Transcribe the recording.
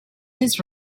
his